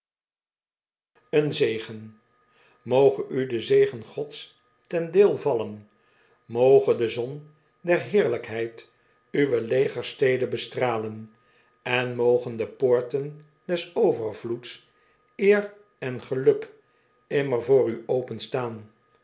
een zegen moge u de zégen gods ten deel vallen moge de zon der heerlijkheid uwe legerstede bestralen en mogen de poorten des overvloeds eer en geluk immer voor u